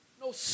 No